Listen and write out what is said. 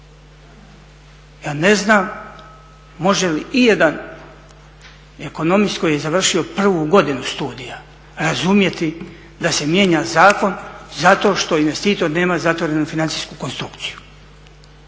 Ja ne znam može li ijedan ekonomist koji je završio prvu godinu studija razumjeti da se mijenja zakon zato što investitor nema zatvorenu financijsku konstrukciju.